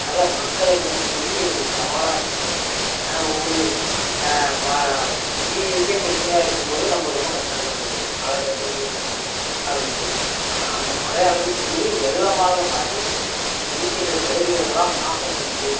அதனால மக்களுக்கு வந்து பெரிய ஒரு சவாலாக இருக்குது அதனால ஒவ்வொரு ம குடியிருக்கயே பிரச்சினையாக இருக்கும்பொழுது நம்ம ரொம்ப கஷ்டப்படுறதா இருக்குது மழை வரலையே அப்படின்னு சொல்லி ஆனால் அந்த மழையானது பெரிய வெள்ளமாக மாறி இருக்கின்ற பயிர்களெலாம் நாசம் செஞ்சு